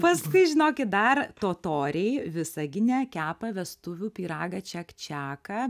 paskui žinokit dar totoriai visagine kepa vestuvių pyragą čekčeką